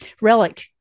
relic